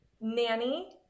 nanny